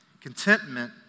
Contentment